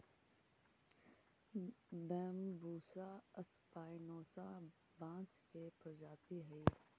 Bambusa spinosa बाँस के प्रजाति हइ